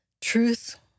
truth